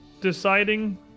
deciding